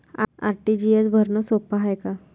RTGS भरनं सोप हाय का?